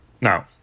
Now